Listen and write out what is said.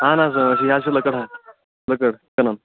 اَہَن حظ آ یہِ حظ چھِ لٔکٕر لٔکٕر کٕنَن